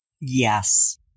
Yes